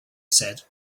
said